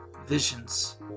Visions